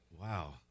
Wow